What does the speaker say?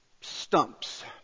stumps